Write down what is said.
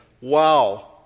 wow